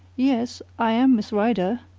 yes, i am miss rider,